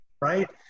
right